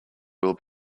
will